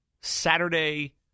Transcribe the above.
Saturday